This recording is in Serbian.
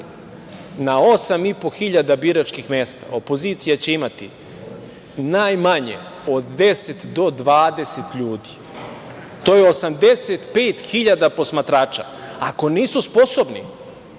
hiljada biračkih mesta opozicija će imati najmanje od 10 do 20 ljudi. To je 85.000 posmatrača. Ako nisu sposobni